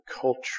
culture